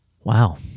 Wow